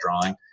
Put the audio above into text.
drawing